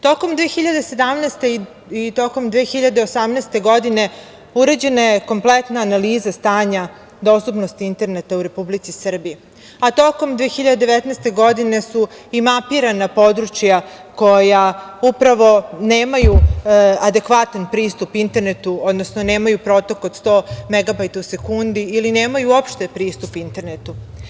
Tokom 2017. i 2018. godine, urađena je kompletna analiza stanja dostupnosti interneta u Republici Srbiji, a tokom 2019. godine, su i mapirana područja koja upravo nemaju adekvatan pristup internetu, odnosno nemaju protok od 100MV u sekundi, ili nemaju uopšte pristup internetu.